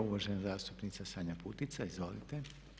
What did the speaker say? Uvažena zastupnica Sanja Putica, izvolite.